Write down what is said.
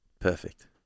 Perfect